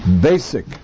basic